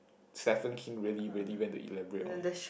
Stephen-King really really went to elaborate on